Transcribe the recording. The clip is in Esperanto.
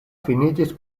finiĝis